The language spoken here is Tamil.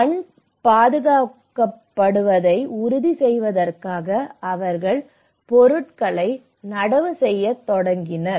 மண் பாதுகாக்கப்படுவதை உறுதி செய்வதற்காக அவர்கள் பொருட்களை நடவு செய்யத் தொடங்கினர்